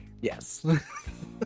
Yes